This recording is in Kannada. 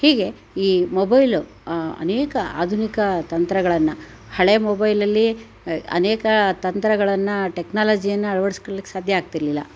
ಹೀಗೆ ಈ ಮೊಬೈಲು ಅನೇಕ ಆಧುನಿಕ ತಂತ್ರಗಳನ್ನು ಹಳೆಯ ಮೊಬೈಲಲ್ಲಿ ಅನೇಕ ತಂತ್ರಗಳನ್ನು ಟೆಕ್ನಾಲಜಿಯನ್ನು ಅಳ್ವಡ್ಸ್ಕಳ್ಲಿಕ್ಕೆ ಸಾಧ್ಯ ಆಗ್ತಿರಲಿಲ್ಲ